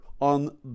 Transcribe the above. on